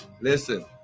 Listen